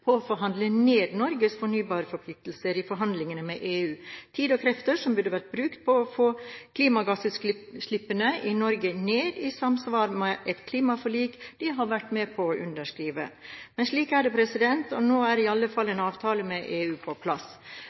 på å forhandle ned Norges fornybarforpliktelser i forhandlingene med EU – tid og krefter som burde vært brukt på å få klimagassutslippene i Norge ned, i samsvar med et klimaforlik de har vært med på å underskrive. Men slik er det, og nå er i alle fall en avtale med EU på plass.